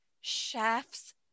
chef's